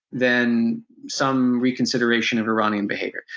then some reconsideration of iranian behavior.